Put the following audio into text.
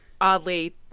oddly